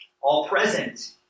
all-present